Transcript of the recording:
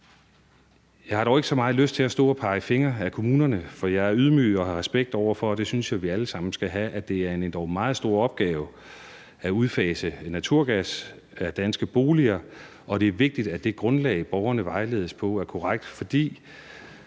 Jeg har dog ikke så meget lyst til at stå og pege fingre ad kommunerne, for jeg er ydmyg over for og har respekt for – og det synes jeg vi alle sammen skal have – at det er en endog meget stor opgave at udfase brugen af naturgas i danske boliger, og det er vigtigt, at det grundlag, borgerne vejledes på, er korrekt, for